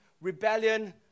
rebellion